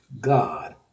God